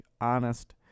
honest